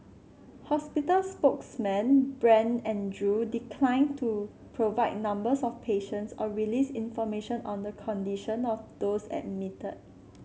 hospital spokesman Brent Andrew declined to provide numbers of patients or release information on the condition of those admitted